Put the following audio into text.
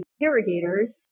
interrogators